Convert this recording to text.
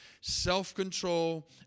Self-control